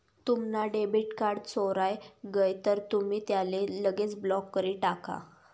तुम्हना debit card चोराय गय तर तुमी त्याले लगेच ब्लॉक करी टाका